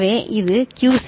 எனவே இது QC